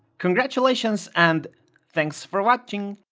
congratulations and thanks for watching!